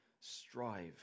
strive